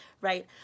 right